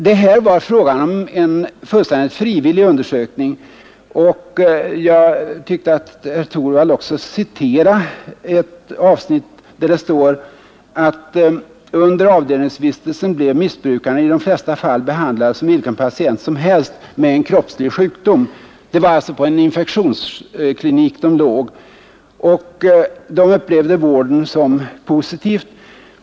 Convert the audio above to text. Det var fråga om en fullständigt frivillig vård, och jag tyckte att herr Torwald citerade följande avsnitt som visar just detta: ”Under avdelningsvistelsen blev missbrukarna i de flesta fall behandlade som vilken patient som helst med en somatisk ”— dvs. kroppslig —” sjukdom.” De vårdades som nämnts på en infektionsklinik, och de upplevde denna vård som positiv.